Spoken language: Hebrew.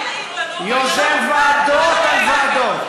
יוזם ועדות על ועדות,